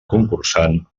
concursant